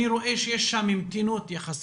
אני רואה שיש שם מתינות יחסית.